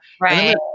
Right